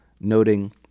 noting